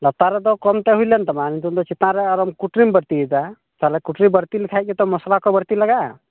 ᱞᱟᱛᱟᱨ ᱨᱮᱫᱚ ᱠᱚᱢᱛᱮ ᱦᱩᱭᱞᱮᱱ ᱛᱟᱢᱟ ᱱᱤᱛᱚ ᱫᱚ ᱪᱮᱛᱟᱱᱨᱮ ᱟᱨᱳᱢ ᱠᱩᱴᱨᱤᱢ ᱵᱟᱹᱲᱛᱤᱭᱮᱫᱟ ᱛᱟᱦᱚᱞᱮ ᱠᱩᱴᱨᱤ ᱵᱟᱹᱲᱛᱤ ᱞᱮᱠᱷᱟᱭ ᱜᱮᱛᱚ ᱢᱚᱥᱞᱟᱠᱚ ᱵᱟᱹᱲᱛᱤ ᱞᱟᱜᱟᱜᱼᱟ